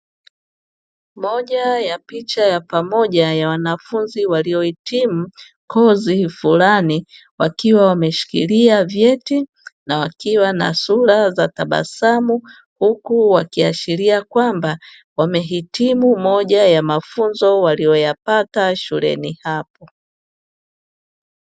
Moja ya picha ya pamoja ya wanafunzi waliohitimu kozi fulani wakiwa wameshikilia vyeti na wakiwa na sura za tabasamu huku wakiashiria kwamba wamehitimu moja ya mafunzo waliyoyapata shuleni hapo.